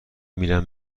میرم